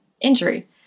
injury